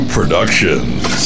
Productions